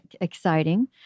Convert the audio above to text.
Exciting